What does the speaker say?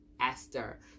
Esther